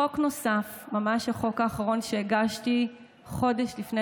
חוק נוסף, ממש החוק האחרון שהגשתי, חודש לפני